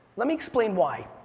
let me explain why.